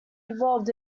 evolved